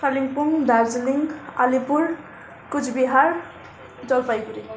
Kalimpong Darjeeling Alipur Coochbehar Jalpaiguri